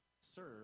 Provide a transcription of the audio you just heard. serve